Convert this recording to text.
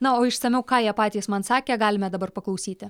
na o išsamiau ką jie patys man sakė galime dabar paklausyti